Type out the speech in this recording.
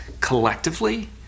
collectively